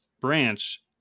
branch